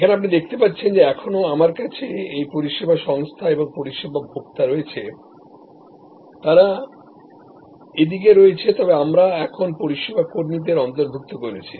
এখানে আপনি দেখতে পাচ্ছেন যে এখনও আপনার কাছে এই পরিষেবা সংস্থা এবং পরিষেবা ভোক্তা রয়েছে তারা এদিকে রয়েছে তবে আমরা এখন পরিষেবা কর্মীদের অন্তর্ভুক্ত করেছি